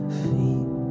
feet